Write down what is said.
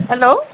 hello